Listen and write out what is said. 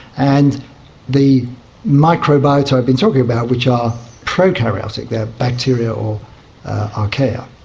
and the microbiota i've been talking about, which are prokaryotic, they are bacteria or archaea.